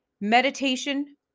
Meditation